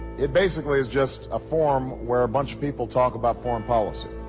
it basically is just a forum where a bunch of people talk about foreign policy.